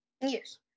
Yes